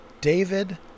David